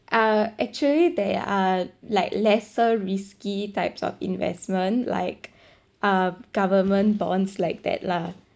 uh actually there are like lesser risky types of investment like uh government bonds like that lah